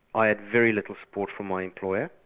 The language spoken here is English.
i had very little support from my employer,